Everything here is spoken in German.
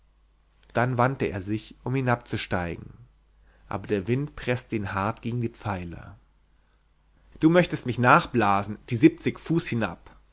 dann wandte er sich um hinabzusteigen aber der wind preßte ihn hart gegen die pfeiler du möchtest mich nachblasen die siebzig fuß hinab